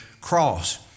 cross